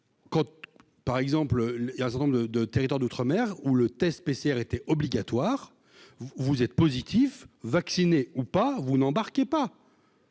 quand par exemple il a un de de territoires d'outre-mer où le test PCR était obligatoire, vous vous êtes positif vacciné ou pas, vous n'embarquez pas.